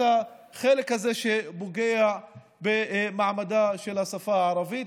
החלק הזה שפוגע במעמדה של השפה הערבית,